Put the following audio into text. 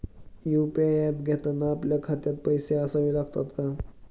UPI app घेताना आपल्या खात्यात पैसे असावे लागतात का?